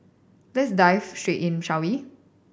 let's dive straight in shall we